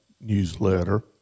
newsletter